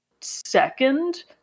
Second